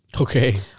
Okay